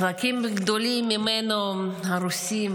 חלקים גדולים ממנו הרוסים,